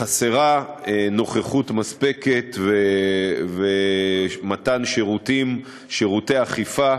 חסרים נוכחות מספקת ומתן שירותים, שירותי אכיפה,